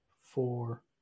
four